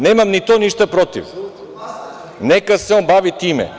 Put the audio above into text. Nemam ni to ništa protiv, neka se on bavi time.